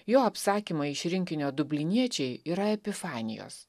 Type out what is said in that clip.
jo apsakymai iš rinkinio dubliniečiai yra epifanijos